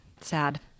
sad